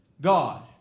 God